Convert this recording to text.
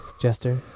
Jester